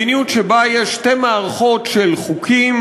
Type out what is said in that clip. מדיניות שבה יש שתי מערכות של חוקים,